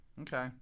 Okay